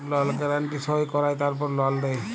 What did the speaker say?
লল গ্যারান্টি সই কঁরায় তারপর লল দেই